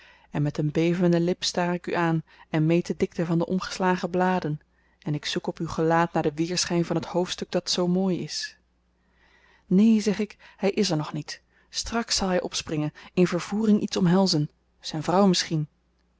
en met een bevende lip staar ik u aan en meet de dikte van de omgeslagen bladen en ik zoek op uw gelaat naar den weerschyn van t hoofdstuk dat zoo mooi is neen zeg ik hy is er nog niet straks zal hy op springen in vervoering iets omhelzen zyn vrouw misschien